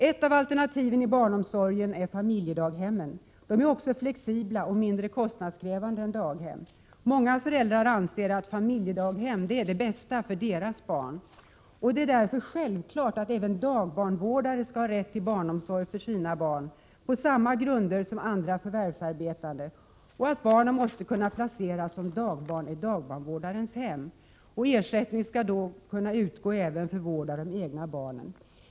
Ett av alternativen i barnomsorgen är familjedaghemmen. De är också flexibla och mindre kostnadskrävande än daghemmen. Många föräldrar anser att familjedaghem är det bästa för deras barn. Det är därför självklart att även dagbarnvårdare skall ha rätt till barnomsorg för sina barn på samma grunder som andra förvärvsarbetande och att barnen måste kunna placeras som dagbarn i dagbarnvårdarens hem. Ersättning skall då utgå även för vård av de egna barnen.